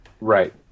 Right